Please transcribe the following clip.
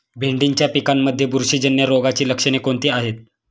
भेंडीच्या पिकांमध्ये बुरशीजन्य रोगाची लक्षणे कोणती आहेत?